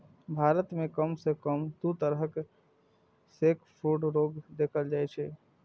भारत मे कम सं कम दू तरहक सैकब्रूड रोग देखल जाइ छै